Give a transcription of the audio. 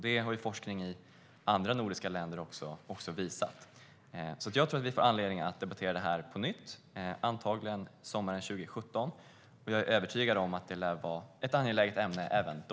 Det har forskning i andra nordiska länder också visat. Jag tror alltså att vi får anledning att debattera detta på nytt, antagligen sommaren 2017, och jag är övertygad om att det kommer att vara ett angeläget ämne även då.